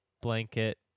blanket